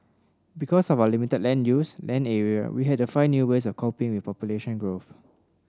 because of our limited land use land area we had to find new ways of coping with population growth